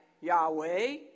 Yahweh